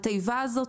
התיבה הזאת,